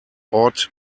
ought